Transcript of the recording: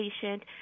patient